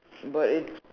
but it's